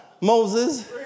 Moses